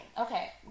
Okay